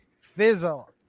fizzle